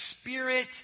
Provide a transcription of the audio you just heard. spirit